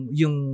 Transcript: yung